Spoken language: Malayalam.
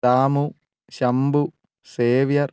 രാമു ശംഭു സേവ്യർ